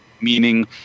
Meaning